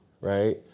right